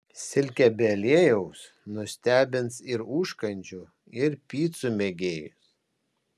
silkė be aliejaus nustebins ir užkandžių ir picų mėgėjus